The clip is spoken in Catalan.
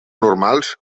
normals